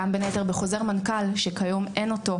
גם בין היתר בחוזר מנכ"ל שכיום אין אותו,